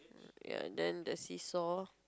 ya then the seesaw